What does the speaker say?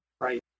right